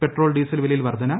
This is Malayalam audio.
പെട്രോൾ ഡീസൽ വിലയിൽ വർധന